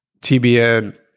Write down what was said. TBN